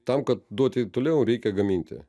tam kad duoti toliau reikia gaminti